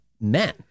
men